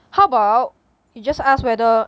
how about you just ask whether